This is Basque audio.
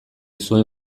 zuen